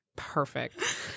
Perfect